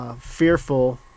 Fearful